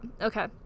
Okay